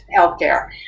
healthcare